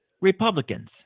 republicans